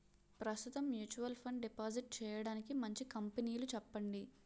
ప్రస్తుతం mutual fund deposit చేయడానికి మంచి కంపెనీలు చెప్పండి